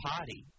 Party